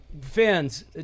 Fans